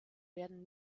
werden